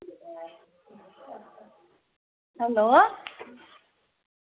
hello